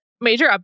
major